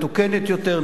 מתוקנת יותר,